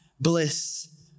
bliss